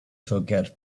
soccer